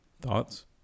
Thoughts